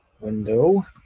window